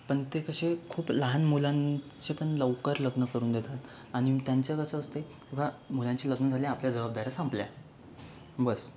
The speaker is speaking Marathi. पण ते कसे खूप लहान मुलांचे पण लवकर लग्न करून देतात आणि त्यांचं कसं असते की बुवा मुलांची लग्नं झाली आपल्या जबाबदाऱ्या संपल्या बस